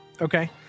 Okay